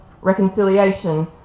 Reconciliation